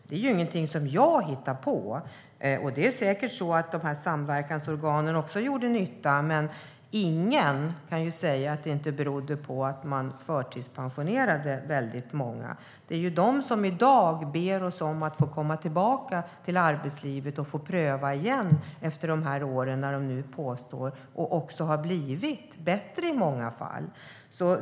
Det är ingenting som jag hittar på. Det är säkert så att samverkansorganen gjorde nytta, men ingen kan ju säga att de minskade sjuktalen inte berodde på att man förtidspensionerade väldigt många. Det är de som i dag ber om att få komma tillbaka till arbetslivet och pröva igen efter de här åren, och i många fall har de blivit bättre.